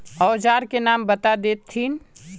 औजार के नाम बता देथिन?